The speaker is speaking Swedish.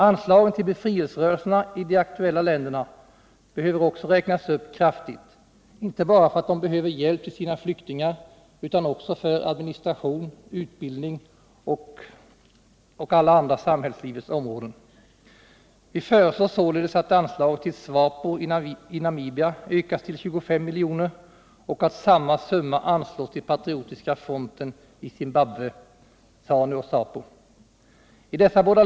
Anslagen till befrielserörelserna i de aktuella länderna behöver också räknas upp kraftigt, inte bara för att de behöver hjälp till sina flyktingar utan också för att de behöver medel för sin administration, utbildning och allt annat på samhällslivets område. Vi föreslår således att anslaget till SWAPO i Namibia ökas till 25 miljoner och att samma summa anslås till Patriotiska fronten i Zimbabwe, ZANU och ZAPU.